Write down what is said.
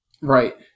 Right